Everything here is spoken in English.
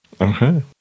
Okay